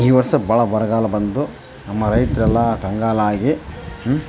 ಈ ವರ್ಷ ಭಾಳ ಬರಗಾಲ ಬಂದು ನಮ್ಮ ರೈತರೆಲ್ಲ ಕಂಗಾಲಾಗಿ ಹ್ಞೂ